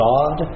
God